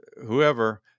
whoever